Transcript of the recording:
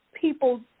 people